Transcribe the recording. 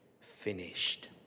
finished